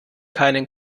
keinen